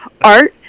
art